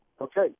Okay